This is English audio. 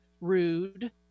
rude